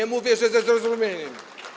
Nie mówię, że ze zrozumieniem.